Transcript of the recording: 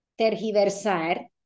tergiversar